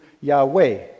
Yahweh